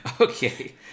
Okay